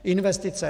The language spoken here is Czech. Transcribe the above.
Investice.